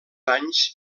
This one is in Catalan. anys